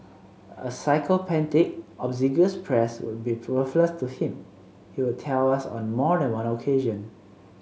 a sycophantic obsequious press would be worthless to him he would tell us on more than one occasion